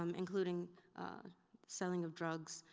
um including selling of drugs,